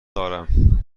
دارم